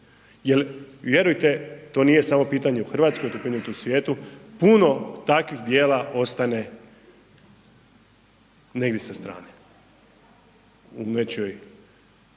Jel vjerujte to nije samo pitanje u Hrvatskoj, to je pitanje u svijetu, puno takvih djela ostane negdje sa strane u nečijoj